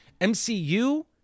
MCU